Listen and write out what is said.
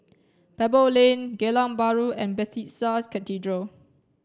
Pebble Lane Geylang Bahru and Bethesda Cathedral